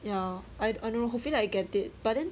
ya I I don't know hopefully I can take but then